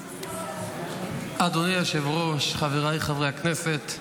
אדוני היושב-ראש, חבריי חברי הכנסת,